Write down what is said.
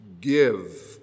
give